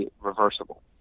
reversible